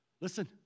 Listen